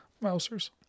Mousers